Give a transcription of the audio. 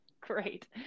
Great